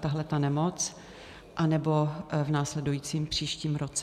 tahleta nemoc, anebo v následujícím příštím roce.